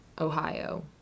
Ohio